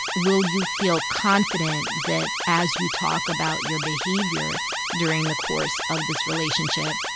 will you feel confident that as you talk about your behavior during the course of this relationship,